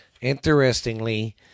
Interestingly